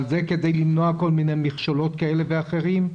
אבל זה כדי למנוע כל מיני מכשלות כאלה ואחרים.